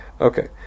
Okay